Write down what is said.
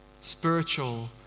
spiritual